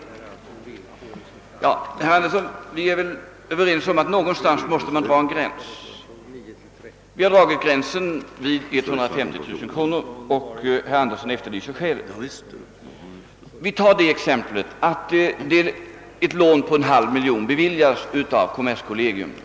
Ja, herr Andersson, vi är väl överens om att någonstans måste man dra en gräns, och vi har dragit gränsen vid 150 000 kronor. Vi kan som exempel ta ett lån på 0,5 miljon kronor, som beviljats av kommerskollegium.